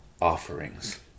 offerings